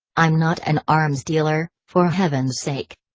i'm not an arms dealer, for heaven's sake.